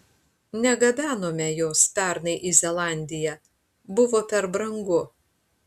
negabenome jos pernai į zelandiją buvo per brangu